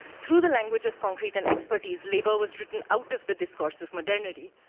through the language of concrete and expertise, labor was written out of the discourse of modernity.